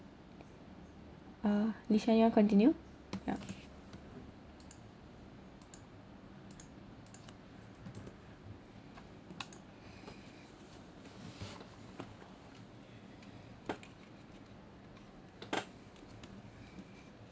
uh lisa you want to continue ya